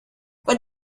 what